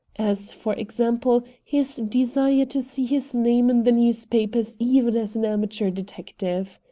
as, for example, his desire to see his name in the newspapers even as an amateur detective.